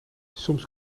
soms